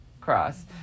cross